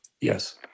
Yes